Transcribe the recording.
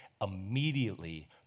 immediately